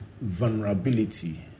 vulnerability